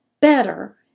better